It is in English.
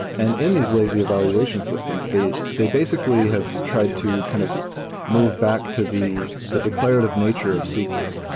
and in these lazy evaluation systems, they they basically have tried to kind of move back to the the declarative nature of sql.